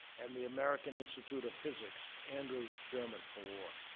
and the american institute of physics' andrew gemant award.